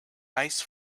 ice